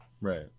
right